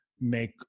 make